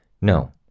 No